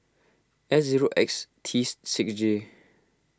S zero X tees six J